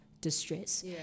distress